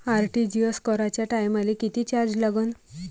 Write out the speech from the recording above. RTGS कराच्या टायमाले किती चार्ज लागन?